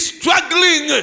struggling